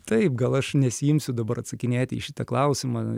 taip gal aš nesiimsiu dabar atsakinėti į šitą klausimą